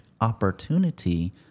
opportunity